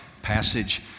passage